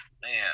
Man